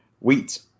wheat